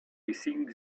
think